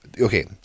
Okay